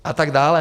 A tak dále.